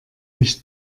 nicht